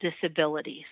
disabilities